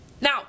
now